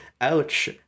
ouch